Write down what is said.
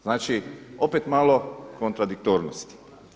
Znači, opet malo kontradiktornosti.